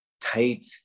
tight